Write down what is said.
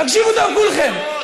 תקשיבו טוב כולכם,